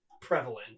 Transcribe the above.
prevalent